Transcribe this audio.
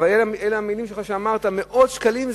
אבל אלה המלים שלך, שאמרת, מאות שקלים.